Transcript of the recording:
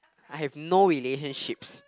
I have no relationships